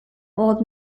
old